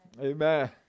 Amen